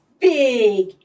big